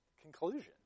conclusion